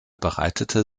bereitete